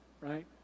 Right